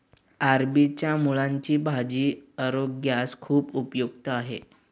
अरबीच्या मुळांची भाजी आरोग्यास खूप उपयुक्त आहे